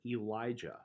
Elijah